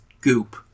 goop